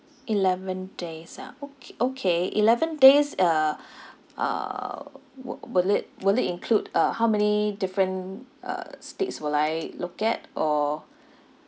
eleven days ah okay okay eleven days uh uh wi~ will it will it include uh how many different uh states will I look at or